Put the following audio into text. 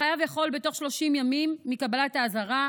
בתוך 30 ימים מקבלת האזהרה